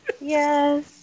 Yes